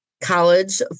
college